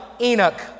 Enoch